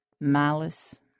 malice